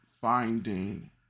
Finding